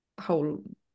whole